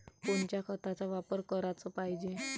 कोनच्या खताचा वापर कराच पायजे?